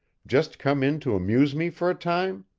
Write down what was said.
just come in to amuse me for a time?